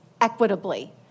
equitably